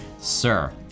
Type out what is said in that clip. Sir